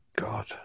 God